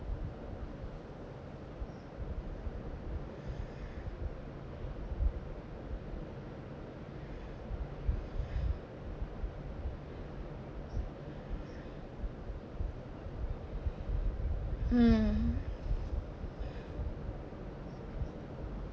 mm mm